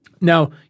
Now